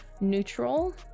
neutral